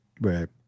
right